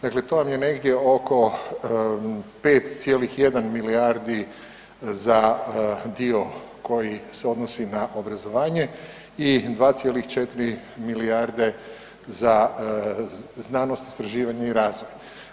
Dakle, to vam je negdje oko 5,1 milijardi za dio koji se odnosi na obrazovanje i 2,4 milijarde za znanost, istraživanje i razvoj.